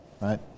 right